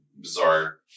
bizarre